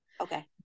okay